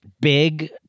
big